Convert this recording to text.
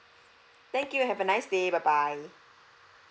thank you have a nice day bye bye